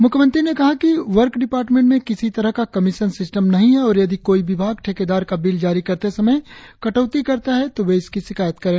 मुख्यमंत्री ने कहा कि वर्क डिपार्टमेंट में किसी तरह का कमिशन सिस्टम नहीं है और यदि कोई विभाग ठेकेदार का बिल जारी करते समय में कटौती करता है तो वे इसकी शिकायत करे